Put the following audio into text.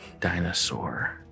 dinosaur-